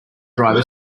driver